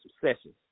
sessions